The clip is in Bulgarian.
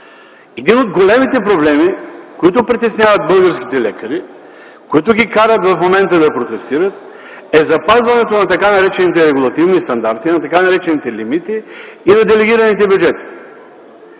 Един от големите проблеми, които притесняват българските лекари, които ги карат в момента да протестират, е запазването на така наречените регулативни стандарти, на така наречените лимити и на делегираните бюджети.